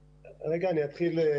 אני אענה, אני רק אגיד קודם